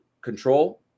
control